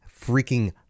freaking